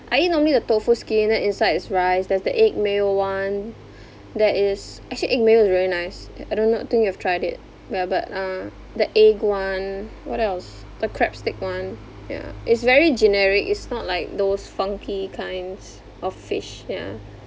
I eat normally the tofu skin then inside is rice there's the egg mayo one that is actually egg mayo is very nice I do not think you've tried it ya but uh the egg one what else the crab stick one ya it's very generic it's not like those funky kinds of fish yeah